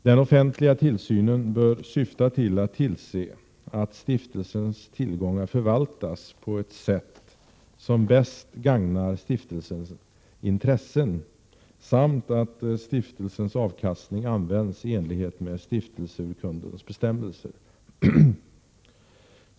Den offentliga tillsynen bör syfta till att tillse att stiftelsens tillgångar förvaltas på ett sätt som bäst gagnar stiftelsens intressen samt att stiftelsens avkastning används i enlighet med stiftelseurkundens bestämmelser.